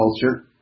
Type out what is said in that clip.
culture